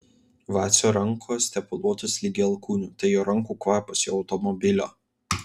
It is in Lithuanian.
vacio rankos tepaluotos ligi alkūnių tai jo rankų kvapas jo automobilio